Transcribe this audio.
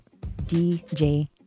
DJ